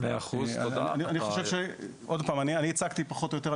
אני הצגתי פחות או יותר,